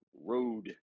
road